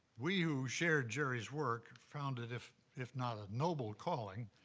we who shared jerry's work found it, if if not a noble calling,